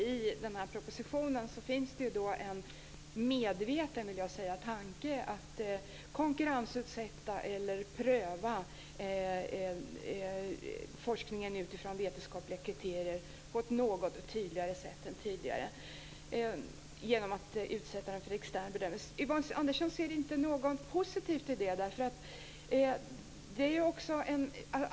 I den här propositionen finns det en medveten, vill jag säga, tanke att konkurrensutsätta eller pröva forskningen utifrån vetenskapliga kriterier på ett något tydligare sätt än tidigare genom att utsätta den för extern bedömning. Yvonne Andersson ser inte något positivt i det.